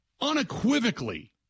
unequivocally